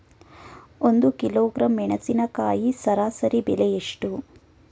ಒಂದು ಕಿಲೋಗ್ರಾಂ ಮೆಣಸಿನಕಾಯಿ ಸರಾಸರಿ ಬೆಲೆ ಎಷ್ಟು?